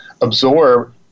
absorb